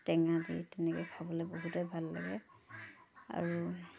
টেঙা দি তেনেকৈ খাবলৈ বহুতে ভাল লাগে আৰু